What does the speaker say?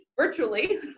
virtually